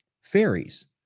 fairies